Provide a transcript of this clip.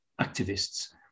activists